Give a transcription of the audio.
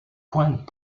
pointe